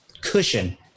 cushion